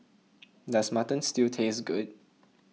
does Mutton Stew taste good